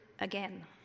again